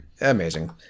Amazing